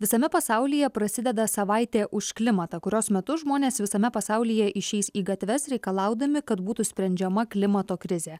visame pasaulyje prasideda savaitė už klimatą kurios metu žmonės visame pasaulyje išeis į gatves reikalaudami kad būtų sprendžiama klimato krizė